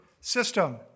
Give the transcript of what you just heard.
system